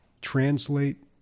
translate